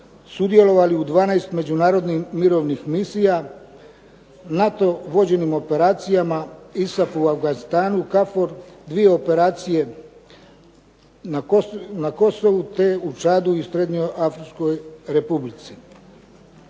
sudjelovali u 12 međunarodnih mirovnih misija NATO vođenim operacijama ISAF u Afganistanu, KFOR, dvije operacije na Kosovu te u Čadu i Srednjeafričkoj Republici.